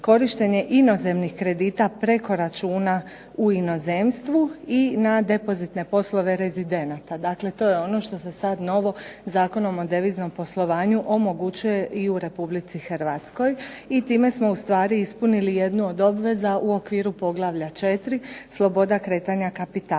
korištenje inozemnih kredita preko računa u inozemstvu i na depozitne poslove rezidenata. Dakle, to je ono što se sad novo Zakonom o deviznom poslovanju omogućuje i u RH i time smo ustvari ispunili jednu od obveza u okviru Poglavlja 4. – Sloboda kretanja kapitala.